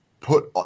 Put